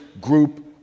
group